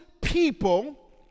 people